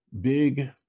big